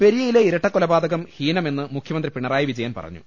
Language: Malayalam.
പെരിയയിലെ ഇരട്ടക്കൊലപാതകം ഹീനമെന്ന് മുഖ്യമന്ത്രി പിണറായി വിജയൻ പറഞ്ഞു